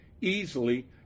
easily